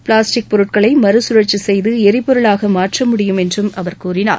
plastic பொருட்களை மறுகழற்சி செய்து எரிபொருளாக மாற்ற முடியும் என்றும் அவர் கூறினார்